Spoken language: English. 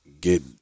get